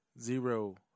zero